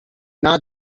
not